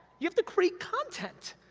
you have to create content.